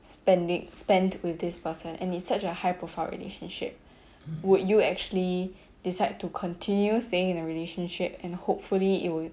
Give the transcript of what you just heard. spendin~ spent with this person and it's such a high profile relationship would you actually decide to continue staying in a relationship and hopefully it would